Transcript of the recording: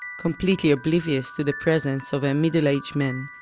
completely oblivious to the presence of a middle-aged man,